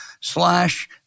slash